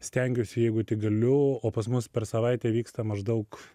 stengiuosi jeigu tik galiu o pas mus per savaitę vyksta maždaug